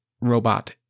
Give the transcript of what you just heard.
robot